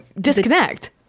disconnect